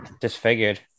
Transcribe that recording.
disfigured